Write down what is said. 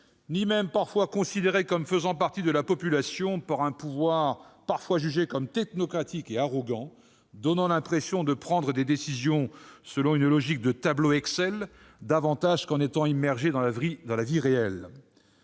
ni même parfois considérés comme faisant partie de la population par un pouvoir jugé technocratique et arrogant, donnant l'impression de prendre des décisions davantage en suivant une logique de « tableau Excel » qu'en étant immergé dans la vie réelle.